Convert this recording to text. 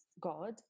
God